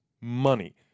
money